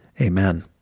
Amen